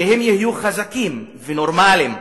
שהן יהיו חזקות ונורמליות,